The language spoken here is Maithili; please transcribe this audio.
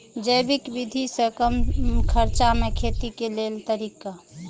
जैविक विधि से कम खर्चा में खेती के लेल तरीका?